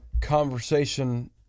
conversation